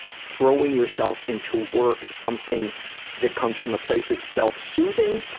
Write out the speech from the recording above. throwing yourself into work something that comes from a place of self-soothing,